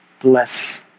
Bless